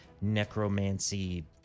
necromancy